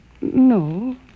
No